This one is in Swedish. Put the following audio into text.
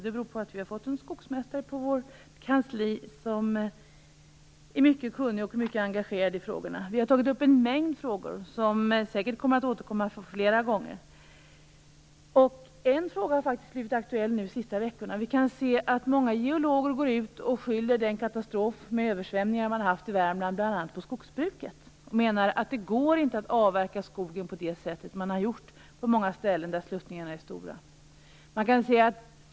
Det beror på att vi har fått en skogsmästare på vårt kansli som är mycket kunnig och mycket engagerad i frågorna. Vi har tagit upp en mängd frågor som säkert kommer att återkomma fler gånger. En fråga har faktiskt blivit aktuell de senaste veckorna. Många geologer skyller den katastrof med översvämningar som man har haft i Värmland bl.a. på skogsbruket. De menar att det inte går att avverka skogen på det sätt som har skett på många ställen där sluttningarna är stora.